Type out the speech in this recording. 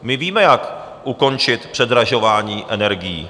My víme, jak ukončit předražování energií.